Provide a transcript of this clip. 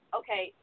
okay